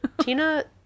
Tina